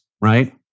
right